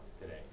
today